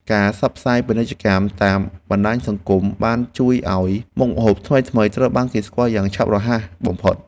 ការផ្សព្វផ្សាយពាណិជ្ជកម្មតាមបណ្តាញសង្គមបានជួយឱ្យមុខម្ហូបថ្មីៗត្រូវបានគេស្គាល់យ៉ាងឆាប់រហ័សបំផុត។